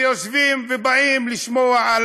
ויושבים ובאים לשמוע.